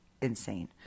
insane